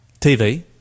TV